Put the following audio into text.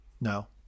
No